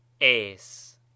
Es